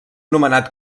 nomenat